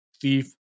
Thief